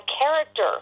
character